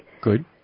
Good